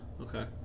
okay